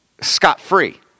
scot-free